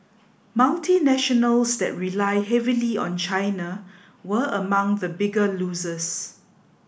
multinationals that rely heavily on China were among the bigger losers